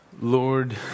Lord